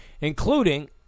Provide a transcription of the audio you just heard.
including